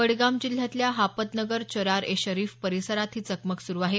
बडगाम जिल्ह्यातल्या हापतनगर चरार ए शरीफ परिसरात ही चकमक सुरू आहे